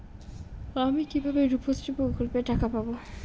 আমি কিভাবে রুপশ্রী প্রকল্পের টাকা পাবো?